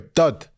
dud